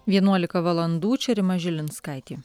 vienuolika valandų čia rima žilinskaitė